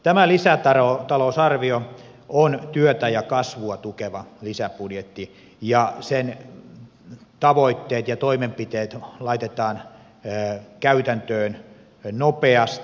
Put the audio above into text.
tämä lisätalousarvio on työtä ja kasvua tukeva lisäbudjetti ja sen tavoitteet ja toimenpiteet laitetaan käytäntöön nopeasti